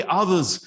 others